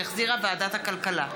שהחזירה ועדת הכלכלה.